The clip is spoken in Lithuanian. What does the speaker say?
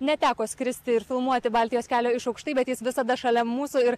neteko skristi ir filmuoti baltijos kelio iš aukštai bet jis visada šalia mūsų ir